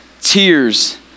tears